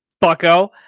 bucko